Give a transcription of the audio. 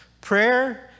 prayer